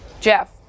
Jeff